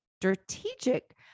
strategic